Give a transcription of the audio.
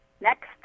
Next